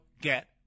get